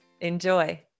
Enjoy